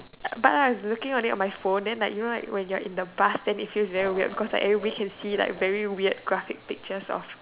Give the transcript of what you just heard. but I was looking on it on my phone then like you know like when you are in the bus then it feels very weird cause like everybody can see like very weird graphic pictures of